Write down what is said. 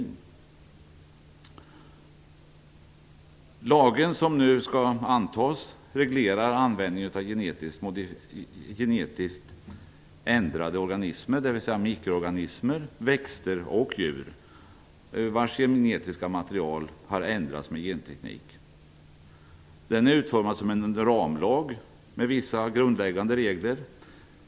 Den lag som nu skall antas reglerar användningen av genetiskt ändrade organismer, dvs. mikroorganismer, växter och djur vars genetiska material har ändrats med genteknik. Lagen är utformad som en ramlag med vissa grundläggande regler.